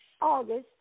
August